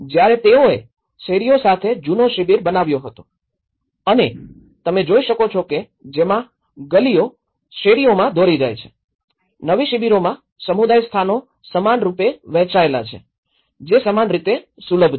જયારે તેઓએ શેરીઓ સાથે જુનો શિબિર બનાવ્યો હતો અને અને તમે જોઈ શકો છો કે જેમાં ગલીઓ શેરીઓમાં દોરી જાય છે નવી શિબિરોમાં સમુદાય સ્થાનો સમાનરૂપે વહેંચાયેલા છે જે સમાન રીતે સુલભ છે